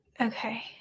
Okay